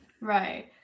Right